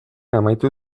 amaitu